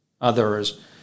others